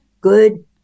Good